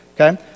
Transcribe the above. Okay